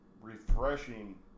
refreshing